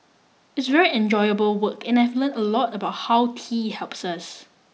it's very enjoyable work and I've learnt a lot about how tea helps us